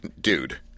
dude